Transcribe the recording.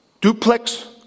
Duplex